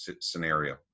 scenario